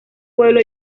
pueblo